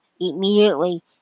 Immediately